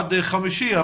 עד חמישי,